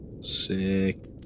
Sick